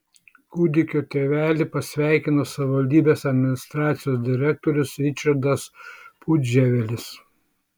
kūdikio tėvelį pasveikino savivaldybės administracijos direktorius ričardas pudževelis